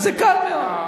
אז זה קל מאוד.